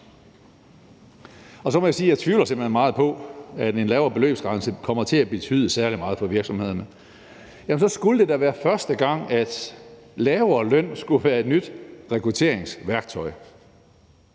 hen tvivler meget på, at en lavere beløbsgrænse kommer til at betyde særlig meget for virksomhederne – jamen så skulle det da være første gang, at lavere løn skulle være et nyt rekrutteringsværktøj.